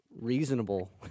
reasonable